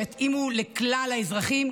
שיתאימו לכלל האזרחים,